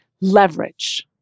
leverage